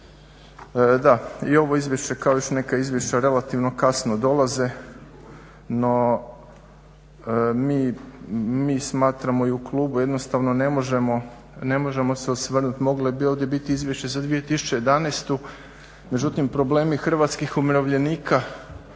Da i ovo Izvješće kao i još neka izvješća relativno kasno dolaze, no mi smatramo i u klubu jednostavno ne možemo se osvrnuti. Moglo je ovdje biti Izvješće za 2011., međutim problemi hrvatskih umirovljenika